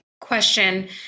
question